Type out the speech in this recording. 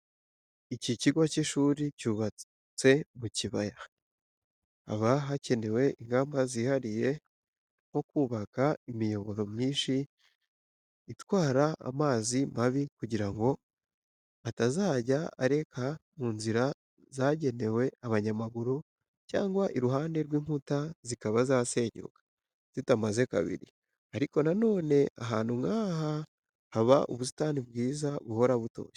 Iyo ikigo cy'ishuri cyubatse mu kibaya, haba hakenewe ingamba zihariye nko kubaka imiyoboro myinshi itwara amazi mabi, kugira ngo atazajya areka mu nzira zagenewe abanyamaguru cyangwa iruhande rw'inkuta zikaba zasenyuka zitamaze kabiri ariko na none ahantu nk'aha haba ubusitani bwiza buhora butoshye.